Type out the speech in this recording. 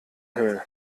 himmel